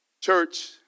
Church